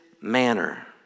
manner